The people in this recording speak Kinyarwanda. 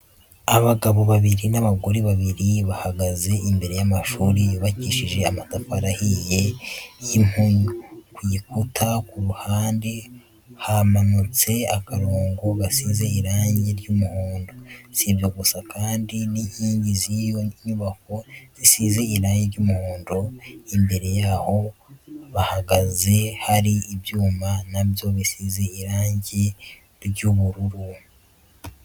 Abagabo babiri n'abagore babiri, bahagaze imbere y'amashuri yubakishije amatafari ahiye y'impunyu, ku gikuta ku ruhande hamanutse akarongo gasize irangi ry'umuhondo, si ibyo gusa kandi n'inkingi z'iyo nyubako zisize irangi ry'umuhondo, imbere y'aho bahagaze hari ibyuma na byo bisize irangi ry'ubururu.